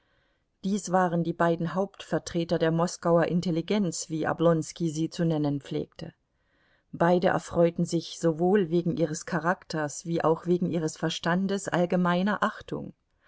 dies waren die beiden hauptvertreter der moskauer intelligenz wie oblonski sie zu nennen pflegte beide erfreuten sich sowohl wegen ihres charakters wie auch wegen ihres verstandes allgemeiner achtung